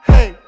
Hey